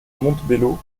montebello